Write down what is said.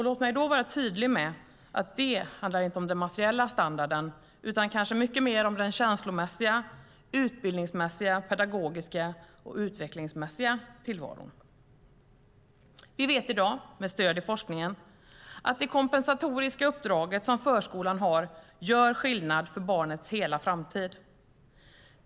Låt mig vara tydlig med att det inte handlar om den materiella standarden utan kanske mycket mer om den känslomässiga, utbildningsmässiga, pedagogiska och utvecklingsmässiga tillvaron. Vi vet i dag med stöd i forskningen att det kompensatoriska uppdraget som förskolan har gör skillnad för barnets hela framtid.